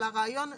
אבל הרעיון מקובל,